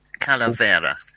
Calavera